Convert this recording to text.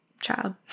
child